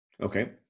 Okay